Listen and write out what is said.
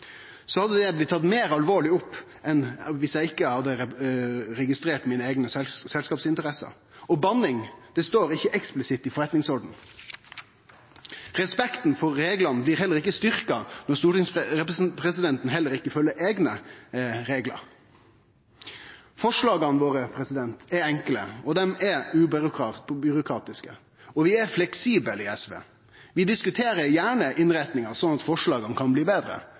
hadde det blitt tatt meir alvorleg opp enn viss eg ikkje hadde registrert mine eigne selskapsinteresser. Banning står det ikkje eksplisitt om i forretningsordenen. Respekten for reglane blir heller ikkje styrkt når heller ikkje stortingspresidenten følgjer eigne reglar. Forslaga våre er enkle, og dei er ubyråkratiske. Vi er fleksible i SV. Vi diskuterer gjerne innretninga, sånn at forslaga kan bli betre.